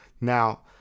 Now